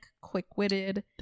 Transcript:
quick-witted